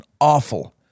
awful